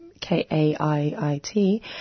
k-a-i-i-t